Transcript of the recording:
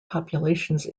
populations